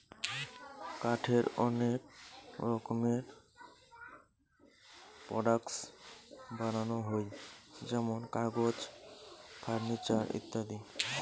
কাঠের অনেক রকমের প্রোডাক্টস বানানো হই যেমন কাগজ, ফার্নিচার ইত্যাদি